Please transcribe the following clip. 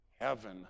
heaven